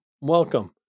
welcome